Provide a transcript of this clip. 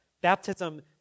Baptism